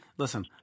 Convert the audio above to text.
Listen